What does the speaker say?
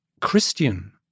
Christian